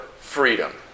freedom